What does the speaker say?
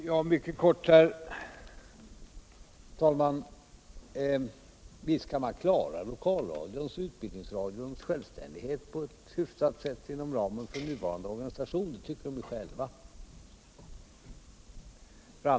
Herr talman! Visst kan man på ett hyfsat sätt klara lokalradions och utbildningsradions självständighet inom ramen för den nuvarande organisationen —- det tycker de anställda själva.